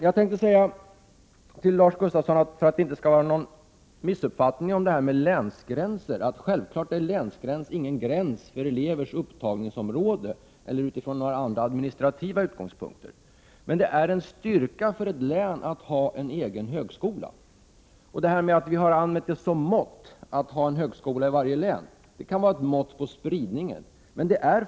För att det inte skall bli någon missuppfattning om länsgränserna vill jag till Lars Gustafsson säga att länsgränserna självfallet inte skall vara någon gräns när det gäller elevernas upptagningsområde eller utifrån några andra administrativa utgångspunkter. Men det är en styrka för ett län att ha en egen högskola. Att vi har haft som ett mått att man skall ha en högskola i varje län kan vara ett mått på spridningen.